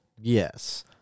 Yes